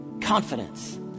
Confidence